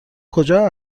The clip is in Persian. کجا